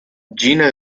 gina